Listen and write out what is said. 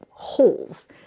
holes